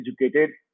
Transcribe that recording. educated